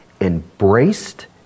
embraced